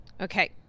Okay